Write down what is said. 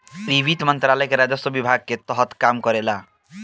इ वित्त मंत्रालय के राजस्व विभाग के तहत काम करेला